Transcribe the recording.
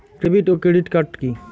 David ও credit card কি?